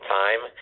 time